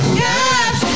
yes